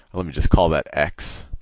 let me just call that x.